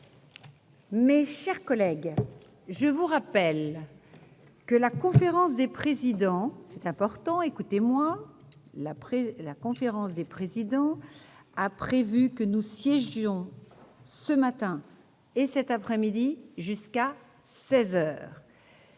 mes chers collègues, que la conférence des présidents a prévu que nous siégions ce matin et cet après-midi jusqu'à